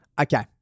okay